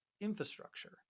infrastructure